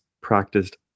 practiced